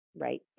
right